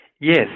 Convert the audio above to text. Yes